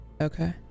Okay